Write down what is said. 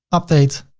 update.